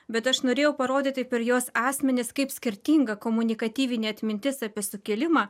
bet aš norėjau parodyti per jos asmenis kaip skirtinga komunikatyvinė atmintis apie sukilimą